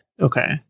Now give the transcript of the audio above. Okay